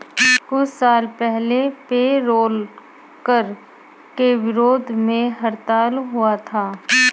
कुछ साल पहले पेरोल कर के विरोध में हड़ताल हुआ था